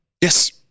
yes